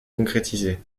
concrétisé